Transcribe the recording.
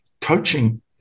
coaching